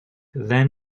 then